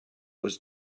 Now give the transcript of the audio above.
was